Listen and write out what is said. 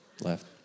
left